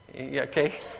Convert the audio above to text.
Okay